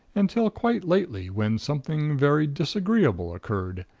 until quite lately when something very disagreeable occurred,